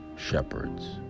shepherds